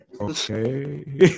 Okay